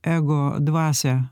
ego dvasią